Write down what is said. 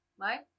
right